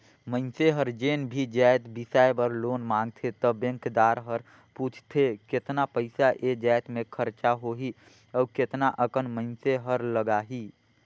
मइनसे हर जेन भी जाएत बिसाए बर लोन मांगथे त बेंकदार हर पूछथे केतना पइसा ए जाएत में खरचा होही अउ केतना अकन मइनसे हर लगाही